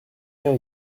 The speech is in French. bien